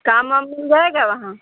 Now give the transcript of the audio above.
काम वाम मिल जाएगा वहाँ